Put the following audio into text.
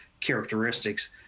characteristics